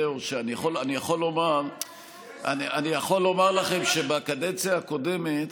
זהו, אני יכול לומר לכם שבקדנציה הקודמת